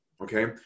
okay